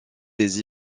des